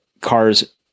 cars